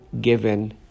given